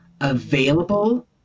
available